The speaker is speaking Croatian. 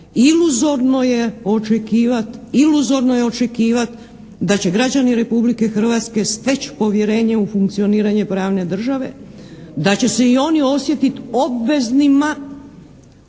iluzorno je očekivati da će građani Republike Hrvatske steći povjerenje u funkcioniranje pravne države. Da će se i oni osjetiti obveznima